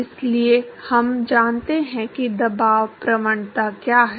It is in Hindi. इसलिए हम जानते हैं कि दबाव प्रवणता क्या है